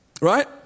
Right